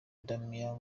damian